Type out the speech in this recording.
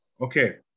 Okay